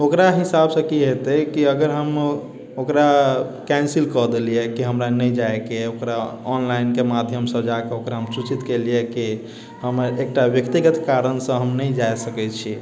ओकरा हिसाबसँ कि हेतै कि अगर हम ओकरा कैन्सिल कऽ देलियै कि हमरा नहि जाइके अय ओकरा ऑनलाइनके माध्यमसँ जाकऽ ओकरा सूचित कयलियै कि हमे एकटा व्यक्तिगत कारणसँ हम नहि जा सकै छियै